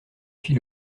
fis